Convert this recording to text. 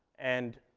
and